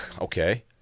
Okay